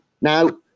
Now